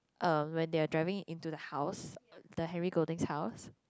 uh when they are driving into the house the Henry-Golding's house